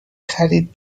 خرید